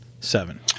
Seven